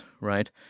right